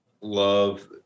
love